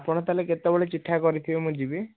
ଆପଣ ତା'ହେଲେ କେତେବେଳେ ଚିଠା କରିଥିବେ ମୁଁ ଯିବି